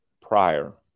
prior